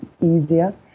easier